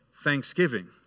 thanksgiving